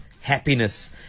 happiness